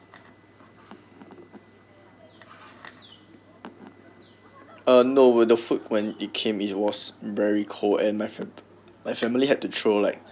uh no when the food when it came it was very cold and my fam~ my family had to throw like